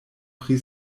pri